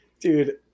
Dude